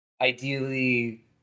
Ideally